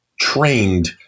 trained